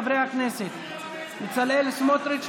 חברי הכנסת בצלאל סמוטריץ',